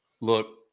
Look